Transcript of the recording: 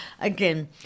again